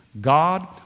God